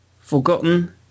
forgotten